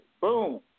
Boom